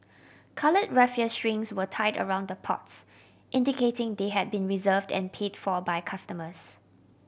coloured raffia strings were tied around the pots indicating they had been reserved and paid for by customers